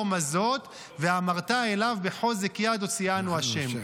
מה זאת ואמרת אליו בחזק יד הוציאנו ה'".